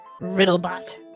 Riddlebot